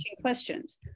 questions